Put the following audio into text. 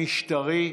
המשטרי,